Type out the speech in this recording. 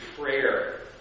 prayer